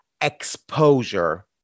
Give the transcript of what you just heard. exposure